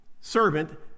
servant